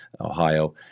ohio